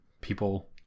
people